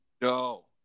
No